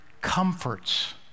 comforts